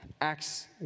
acts